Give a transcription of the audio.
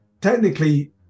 technically